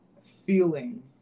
feeling